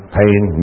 pain